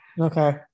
Okay